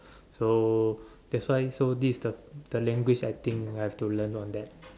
so that's why so this the language I think I have to learn on that